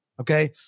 okay